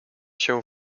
się